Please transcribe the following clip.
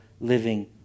living